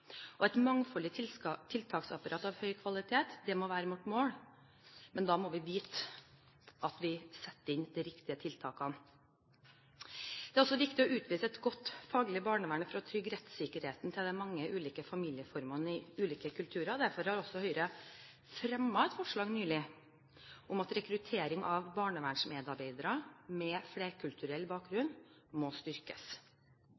og som vi vet altfor lite om. Et mangfoldig tiltaksapparat av høy kvalitet må være vårt mål, men da må vi vite at vi setter inn de riktige tiltakene. Det er også viktig å utvise et godt faglig barnevern for å trygge rettssikkerheten til de mange ulike familieformene i ulike kulturer. Derfor fremmet Høyre – sammen med Fremskrittspartiet og Kristelig Folkeparti – nylig et forslag om at rekrutteringen av barnevernsmedarbeidere med flerkulturell